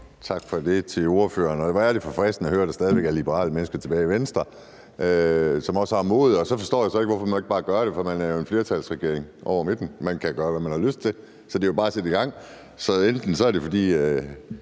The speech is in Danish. Tak til ordføreren, for hvor er det forfriskende at høre, at der stadig er liberale mennesker tilbage i Venstre, som også har modet til at sige det. Så forstår jeg så ikke, hvorfor man ikke bare gør det, for man er jo i en flertalsregering hen over midten; man kan gøre, hvad man har lyst til, så det er bare at sætte i gang. Enten er det, fordi